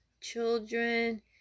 children